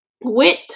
wit